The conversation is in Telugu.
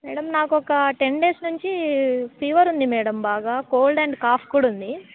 మేడమ్ నాకు ఒక టెన్ డేస్ నుంచి ఫీవర్ ఉంది మేడమ్ బాగా కోల్డ్ అండ్ కాఫ్ కూడా ఉంది